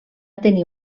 tenir